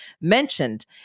mentioned